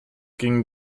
ging